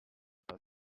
but